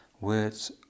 words